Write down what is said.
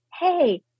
Hey